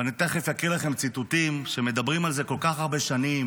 ואני תכף אקריא לכם ציטוטים שהם מדברים על זה כל כך הרבה שנים,